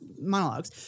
monologues